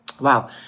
Wow